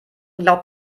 glaubt